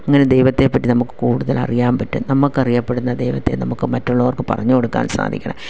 അങ്ങനെ ദൈവത്തെ പറ്റി നമുക്ക് കൂടുതൽ അറിയാൻ പറ്റും നമ്മക്കറിയപ്പെടുന്ന ദൈവത്തെ നമുക്ക് മറ്റുള്ളവർക്ക് പറഞ്ഞു കൊടുക്കാൻ സാധിക്കണം